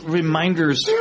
reminders